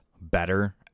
better